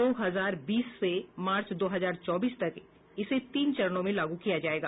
दो हजार बीस से मार्च दो हजार चौबीस तक इसे तीन चरणों में लागू किया जाएगा